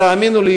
תאמינו לי,